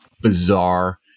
bizarre